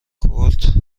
کورت